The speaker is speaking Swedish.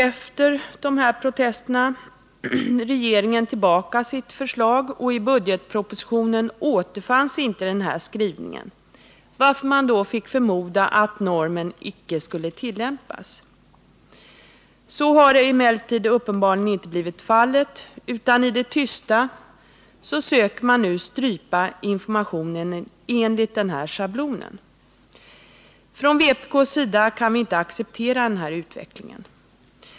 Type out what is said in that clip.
Efter dessa protester drog regeringen tillbaka sitt förslag, och i budgetpropositionen återfanns inte denna skrivning, varför man fick förmoda att normen inte skulle tillämpas. Så har emellertid uppenbarligen inte blivit fallet, utan i det tysta söker man nu strypa informationen enligt denna schablon. Vpk kan inte acceptera den utvecklingen.